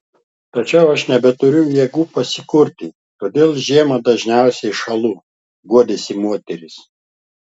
tačiau aš nebeturiu jėgų pasikurti todėl žiemą dažniausiai šąlu guodėsi moteris